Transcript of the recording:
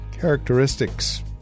characteristics